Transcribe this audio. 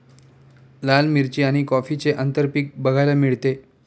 लाल मिरची आणि कॉफीचे आंतरपीक बघायला मिळते